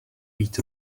být